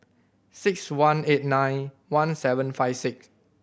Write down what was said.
six one eight nine one seven five six